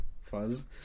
fuzz